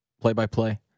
play-by-play